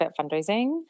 fundraising